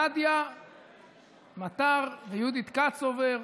נדיה מטר ויהודית קצובר,